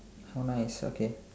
so nice okay